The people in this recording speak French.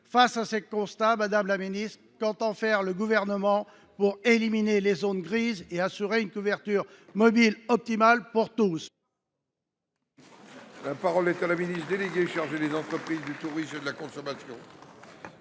et de compétitivité. Qu’entend donc faire le Gouvernement pour éliminer les zones grises et assurer une couverture mobile optimale pour tous ? La parole est à Mme la ministre déléguée chargée des entreprises, du tourisme et de la consommation.